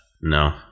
No